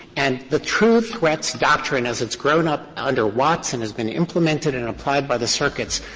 and the true threats doctrine, as it's grown up under watts and has been implemented and applied by the circuits,